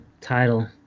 title